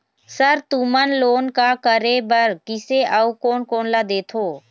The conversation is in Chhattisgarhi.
सर तुमन लोन का का करें बर, किसे अउ कोन कोन ला देथों?